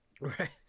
Right